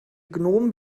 gnom